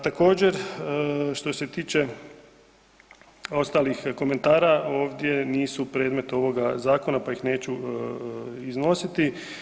Također što se tiče ostalih komentara ovdje nisu predmet ovoga zakona, pa ih neću iznositi.